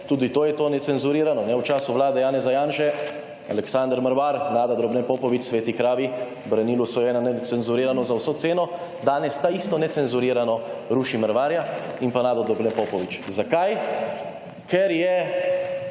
tudi to je to necenzurirano, kajne. V času vlade Janeza Janše, Aleksander Mrvar, Nada Drobne Popovič, sveti kravi, branili so Necenzurirano za vso ceno, danes ta isto Necenzurirano ruši Mrvarja in pa Nato Drobne Popovič. Zakaj? Ker je